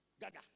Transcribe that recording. gaga